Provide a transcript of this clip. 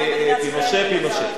פינושה.